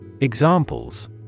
Examples